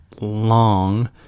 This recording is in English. long